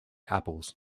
apples